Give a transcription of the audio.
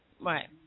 Right